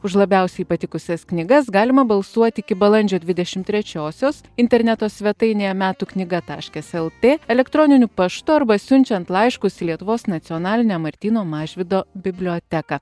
už labiausiai patikusias knygas galima balsuoti iki balandžio dvidešimt trečiosios interneto svetainėje metų knyga taškas lt elektroniniu paštu arba siunčiant laiškus į lietuvos nacionalinę martyno mažvydo biblioteką